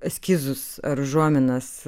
eskizus ar užuominas